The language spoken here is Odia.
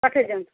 ପଠେଇ ଦିଅନ୍ତୁ